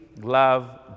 love